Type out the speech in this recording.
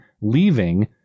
leaving